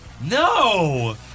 No